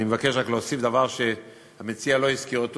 אני מבקש רק להוסיף דבר שהמציע לא הזכיר,